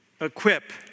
equip